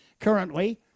Currently